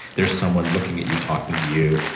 there's someone looking at you, talking to you,